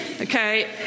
Okay